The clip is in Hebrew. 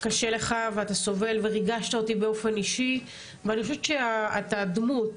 שקשה לך ואתה סובל וריגשת אותי באופן אישי ואני חושבת שאתה דמות.